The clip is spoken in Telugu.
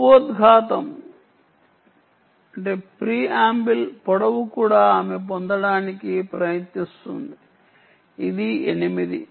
ఉపోద్ఘాతం పొడవు కూడా ఆమె పొందడానికి ప్రయత్నిస్తోంది ఇది 8